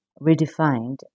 redefined